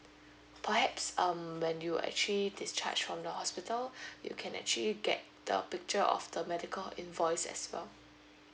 perhaps um when you actually discharged from the hospital you can actually get the picture of the medical invoice as well